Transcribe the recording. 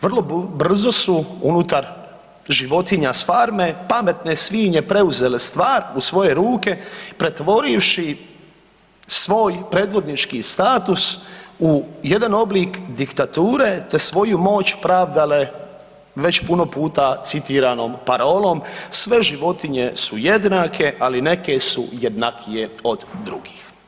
Vrlo brzo su unutar životinja s farme pametne svinje preuzele stvar u svoje ruke pretvorivši svoj predvodnički status u jedna oblik diktature te svoju moć pravdale već puno puta citiranom parolom, „Sve životinje su jednake, ali neke su jednakije od drugih“